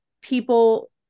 people